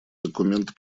документ